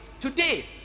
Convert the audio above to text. today